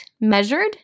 measured